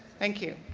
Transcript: thank you.